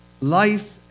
life